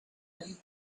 him